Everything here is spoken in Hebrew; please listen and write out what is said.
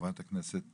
חברת הכנסת